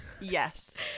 Yes